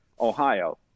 Ohio